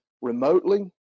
remotely